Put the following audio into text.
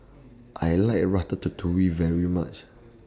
I like Ratatouille very much